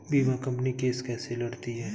बीमा company case कैसे लड़ती है?